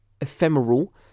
ephemeral